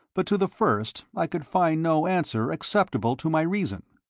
but to the first i could find no answer acceptable to my reason.